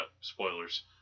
spoilers